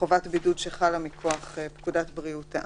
לחובת בידוד שחלה מכוח פקודת בריאות העם.